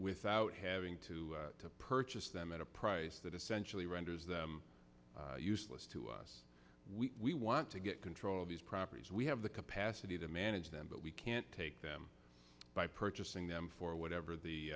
without having to purchase them at a price that essentially renders them useless to us we want to get control of these properties we have the capacity to manage them but we can't take them by purchasing them for whatever